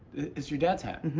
it's your dad's hat. and and